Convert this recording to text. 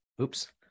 Oops